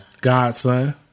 Godson